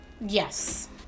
Yes